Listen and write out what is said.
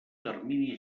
termini